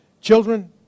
Children